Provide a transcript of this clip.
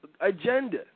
agenda